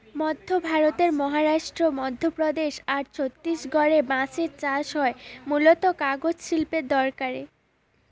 মধ্য ভারতের মহারাষ্ট্র, মধ্যপ্রদেশ আর ছত্তিশগড়ে বাঁশের চাষ হয় মূলতঃ কাগজ শিল্পের দরকারে